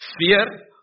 fear